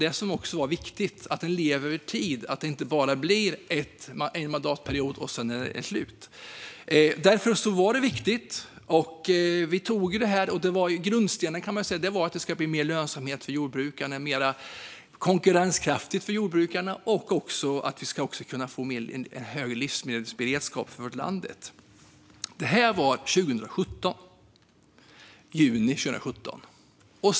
Det är viktigt att livsmedelsstrategin lever över tid och inte bara en mandatperiod innan det är slut. Grundstenarna var mer lönsamhet och ökad konkurrenskraft för jordbrukarna och även högre livsmedelsberedskap i landet. Det här var i juni 2017.